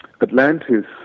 Atlantis